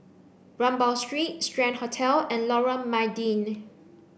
Rambau Street Strand Hotel and Lorong Mydin